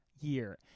year